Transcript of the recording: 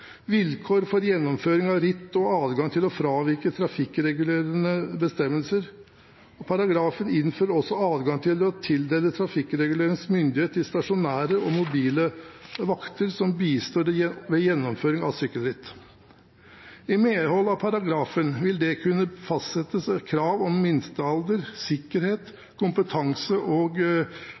vilkår for gjennomføring av ritt og adgang til å fravike trafikkregulerende bestemmelser. Paragrafen innfører også adgang til å tildele trafikkregulerende myndighet til stasjonære og mobile vakter som bistår ved gjennomføring av sykkelritt. I medhold av paragrafen vil det kunne fastsettes krav om minstealder, skikkethet, kompetanse og